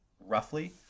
roughly